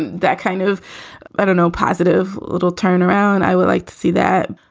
that kind of but an o-positive little turnaround. i would like to see that.